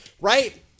right